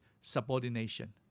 subordination